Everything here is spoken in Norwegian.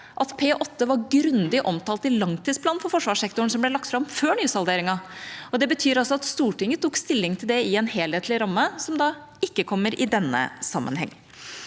at P-8 var grundig omtalt i langtidsplanen for forsvarssektoren, som ble lagt fram før nysalderingen, og det betyr at Stortinget tok stilling til det i en helhetlig ramme, noe som ikke kommer i denne sammenheng.